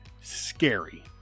scary